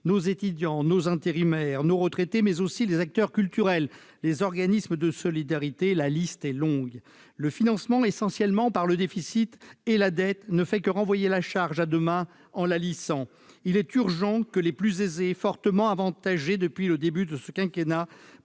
nos étudiants, nos intérimaires, nos retraités, mais aussi les acteurs culturels, les organismes de solidarité- la liste est longue ... Le financement, essentiellement par le déficit et la dette, ne fait que renvoyer la charge à demain en la lissant. Il est urgent que les plus aisés, fortement avantagés depuis le début de ce quinquennat,